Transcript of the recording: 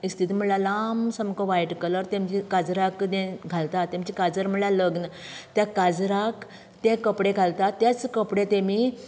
इस्तीद म्हळ्यार लांब सामको व्हायट कलर तेंमचे काजराक कडेन घालतात तेंचें काजर म्हळ्यार लग्न त्या काजराक तें कपडे घालतात तेच कपडे तेमी